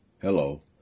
Hello